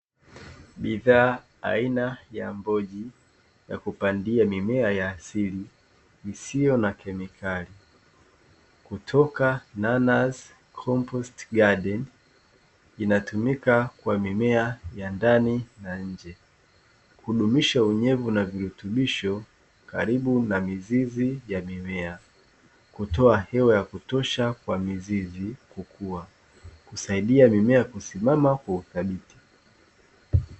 Bidhaa aina ya mboji ya kupandia mimea ya asili isiyo na kemikali, kutoka nanasi komposi gadeni inatumika kwa mimea ya ndani na nje, hudumisha unyevu na virutubisho karibu na mizizi ya mimea, kutoa hewa ya kutosha kwa mizizi kukua, kusaidia mimea kisimamama kwa udhibiti.